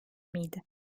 miydi